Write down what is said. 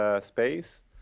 space